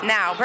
Now